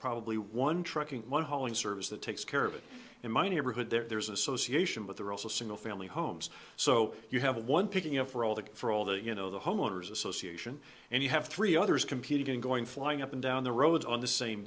probably one trucking one hauling service that takes care of it in my neighborhood there's association but there are also single family homes so you have one picking up for all the for all the you know the homeowners association and you have three others competing going flying up and down the road on the same